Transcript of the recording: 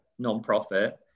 nonprofit